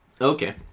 Okay